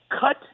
Cut